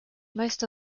most